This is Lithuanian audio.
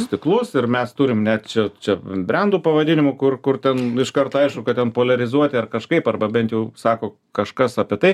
stiklus ir mes turim net čia čia brendų pavadinimų kur kur ten iškart aišku kad ten poliarizuoti ar kažkaip arba bent jau sako kažkas apie tai